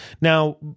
Now